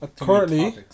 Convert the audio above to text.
currently